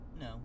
No